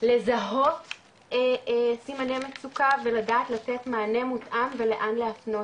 לזהות סימני מצוקה ולדעת לתת מענה מותאם ולאן להפנות,